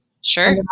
Sure